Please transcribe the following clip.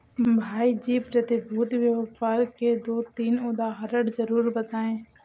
भाई जी प्रतिभूति व्यापार के दो तीन उदाहरण जरूर बताएं?